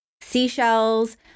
seashells